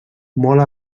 molt